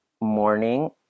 morning